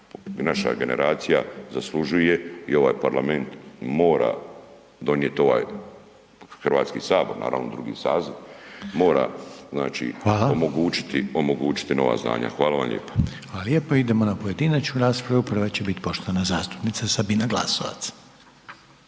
naša generacija zaslužuje i ovaj parlament mora donijet ovaj, Hrvatski sabor naravno drugi saziv, mora omogućiti nova znanja. Hvala vam lijepa. **Reiner, Željko (HDZ)** Hvala lijepa, idemo na pojedinačnu raspravu, prva će biti poštovana zastupnica Sabina Glasovac.